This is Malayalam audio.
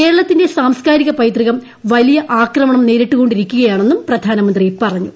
കേരളത്തിന്റെ സാംസ്കാരിക പൈതൃകം വലിയ ആക്രമണം നേരിട്ടുകൊണ്ടിരിക്കുകയാണെന്നും പ്രധാനമന്ത്രി പറഞ്ഞു